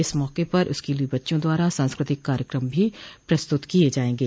इस मौके पर स्कूली बच्चों द्वारा सांस्कृतिक कार्यक्रम भी प्रस्तुत किये जायेंगे